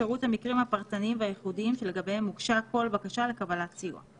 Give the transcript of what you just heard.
פירוט המקרים הפרטניים והייחודיים שלגביהם הוגשה כל בקשה לקבלת סיוע,